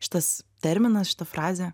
šitas terminas šita frazė